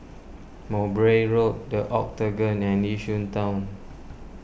Mowbray Road the Octagon and Yishun Town